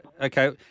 Okay